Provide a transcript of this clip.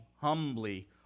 humbly